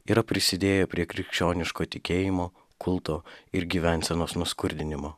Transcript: yra prisidėję prie krikščioniško tikėjimo kulto ir gyvensenos nuskurdinimo